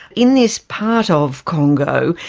in this part of congo,